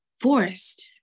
forest